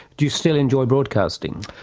do you still enjoy broadcasting?